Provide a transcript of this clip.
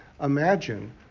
imagine